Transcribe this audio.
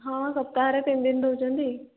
ହଁ ସପ୍ତାହରେ ତିନି ଦିନ ଦଉଛନ୍ତି